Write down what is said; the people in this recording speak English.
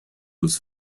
was